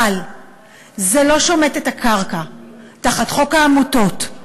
אבל זה לא שומט את הקרקע מתחת עניין חוק העמותות,